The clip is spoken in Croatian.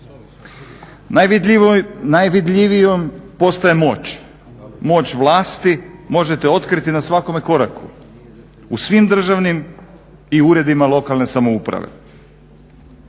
Najvidljivijom postaje moć, moć vlasti možete otkriti na svakome koraku, u svim državnim i uredima lokalne samouprave.